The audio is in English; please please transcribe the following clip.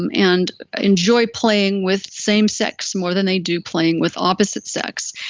um and enjoy playing with same-sex more than they do playing with opposite sex.